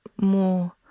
more